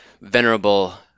venerable